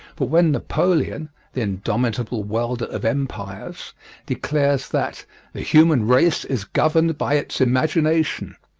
but when napoleon the indomitable welder of empires declares that the human race is governed by its imagination,